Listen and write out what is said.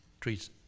treats